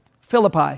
Philippi